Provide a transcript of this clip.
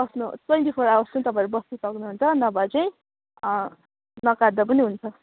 आफ्नो twenty four hours पनि तपाईँहरू बस्न सक्नुहुन्छ नभए चाहिँ नकाट्दा पनि हुन्छ